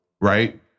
Right